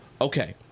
okay